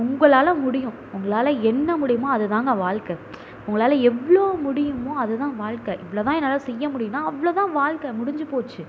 உங்களால் முடியும் உங்களால் என்ன முடியுமோ அது தான்ங்க வாழ்க்க உங்களால் எவ்வளோ முடியுமோ அது தான் வாழ்க்க இவ்வளோ தான் என்னால் செய்ய முடியும்ன்னா அவ்வளோ தான் வாழ்க்க முடிஞ்சு போச்சு